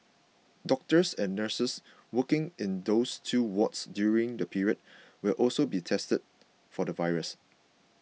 doctors and nurses working in those two wards during the period will also be tested for the virus